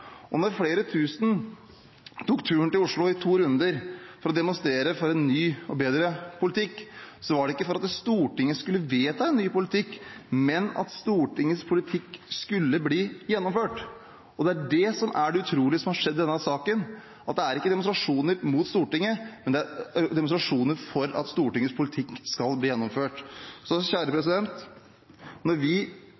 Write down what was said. konfliktnivået. Når flere tusen i to runder tok turen til Oslo for å demonstrere for en ny og bedre politikk, var det ikke for at Stortinget skulle vedta en ny politikk, men for at Stortingets politikk skulle bli gjennomført. Det er det som er det utrolige som har skjedd i denne saken, det er ikke demonstrasjoner mot Stortinget, det er demonstrasjoner for at Stortingets politikk skal bli gjennomført.